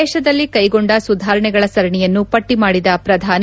ದೇಶದಲ್ಲಿ ಕೈಗೊಂಡ ಸುಧಾರಣೆಗಳ ಸರಣಿಯನ್ನು ಪಟ್ಟಿ ಮಾಡಿದ ಪ್ರಧಾನಿ